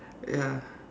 ya